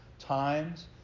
Times